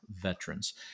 veterans